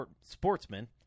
sportsmen